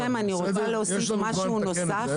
יש לנו זמן לתקן את זה.